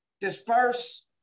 disperse